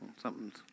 something's